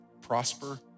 prosper